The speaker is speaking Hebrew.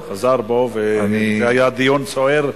הוא חזר בו, וזה היה דיון סוער.